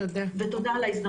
תודה על ההזדמנות.